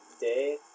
day